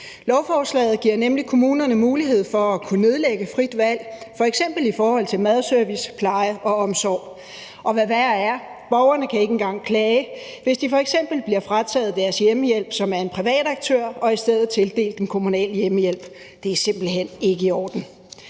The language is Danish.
Lovforslaget giver nemlig kommunerne mulighed for at kunne nedlægge fritvalgsmuligheden, f.eks. når det gælder madservice, pleje og omsorg, og, hvad værre er, borgerne kan ikke engang klage, hvis de f.eks. bliver frataget deres hjemmehjælp, som er en privat aktør, og i stedet får tildelt kommunal hjemmehjælp. Det er simpelt hen ikke i orden.